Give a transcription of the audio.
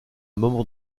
moment